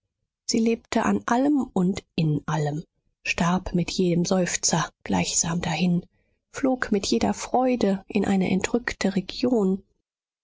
sie lebte an allem und in allem starb mit jedem seufzer gleichsam dahin flog mit jeder freude in eine entrückte region